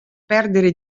perdere